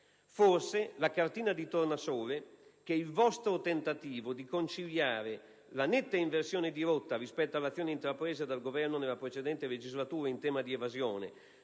Forse è la cartina di tornasole che il vostro tentativo di conciliare la netta inversione di rotta rispetto all'azione intrapresa dal Governo nella precedente legislatura in tema di evasione,